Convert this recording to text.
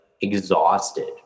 exhausted